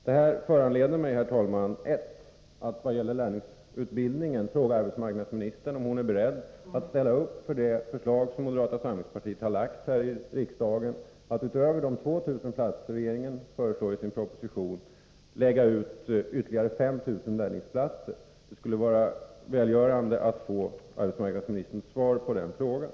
Detta föranleder mig, herr talman, att för det första i vad gäller lärlingsutbildningen fråga arbetsmarknadsministern om hon är beredd att ställa upp för det förslag som moderata samlingspartiet har lagt fram här i riksdagen. Vårt förslag är att utöver de 2 000 platser som regeringen föreslår i sin proposition lägga ut ytterligare 5 000 lärlingsplatser från den 1 januari 1984. Det skulle vara välgörande att få arbetsmarknadsministerns svar på den frågan.